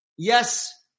Yes